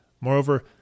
Moreover